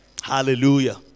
Hallelujah